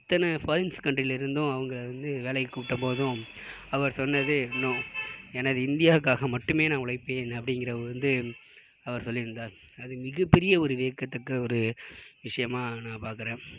அத்தனை ஃபாரின்ஸ் கன்ட்ரிலேருந்தும் அவங்க வந்து வேலைக்கு கூப்பிட்ட போதும் அவர் சொன்னது நோ எனது இந்தியாவுக்காக மட்டுமே நான் உழைப்பேன் அப்படிங்கற வந்து அவர் சொல்லியிருந்தார் அது மிக பெரிய ஒரு வியக்கத்தக்க ஒரு விஷயமாக நான் பாக்கிறன்